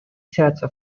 sets